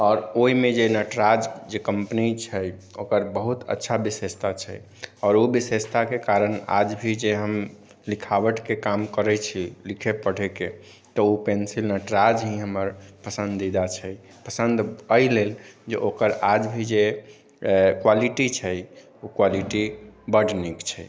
आओर ओहिमे नटराज जे कम्पनी छै ओकर बहुत अच्छा विशेषता छै आओर ओ विशेषताके कारण आज भी जे हम लिखावटके काम करैत छी लिखै पढ़ैके तऽ ओ पेन्सिल नटराज ही हमर पसन्दीदा छै पसन्द एहि लेल जे ओकर आज भी जे क्वालिटी छै ओ क्वालिटी बड्ड नीक छै